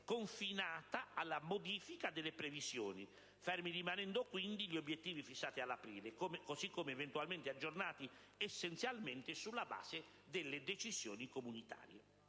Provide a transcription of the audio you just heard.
confinata alla modifica delle previsioni, fermi rimanendo quindi gli obiettivi fissati a aprile, così come eventualmente aggiornati, essenzialmente sulla base delle decisioni comunitarie.